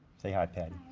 say hi, patty.